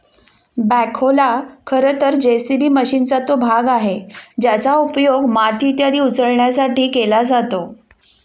बॅखोला खरं तर जे.सी.बी मशीनचा तो भाग आहे ज्याचा उपयोग माती इत्यादी उचलण्यासाठी केला जातो